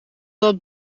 dat